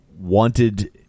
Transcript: wanted